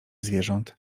zwierząt